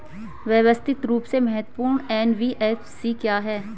व्यवस्थित रूप से महत्वपूर्ण एन.बी.एफ.सी क्या हैं?